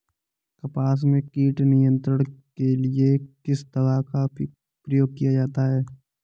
कपास में कीट नियंत्रण के लिए किस दवा का प्रयोग किया जाता है?